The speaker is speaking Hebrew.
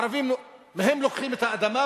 מהערבים לוקחים את האדמה,